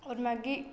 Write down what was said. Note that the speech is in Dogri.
होर मैगी